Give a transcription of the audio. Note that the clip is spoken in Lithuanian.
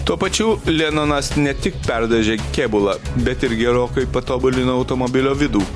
tuo pačiu lenonas ne tik perdažė kėbulą bet ir gerokai patobulino automobilio vidų